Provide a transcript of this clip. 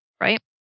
right